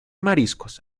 mariscos